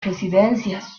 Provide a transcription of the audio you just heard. residencias